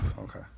Okay